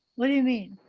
what do you mean?